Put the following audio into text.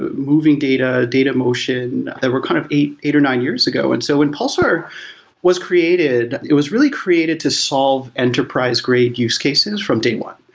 moving data, data motion, that were kind of eight eight or nine years ago. and so when pulsar was created, it was really created to solve enterprise-grade use cases from day one.